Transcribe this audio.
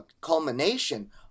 culmination